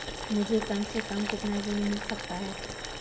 मुझे कम से कम कितना ऋण मिल सकता है?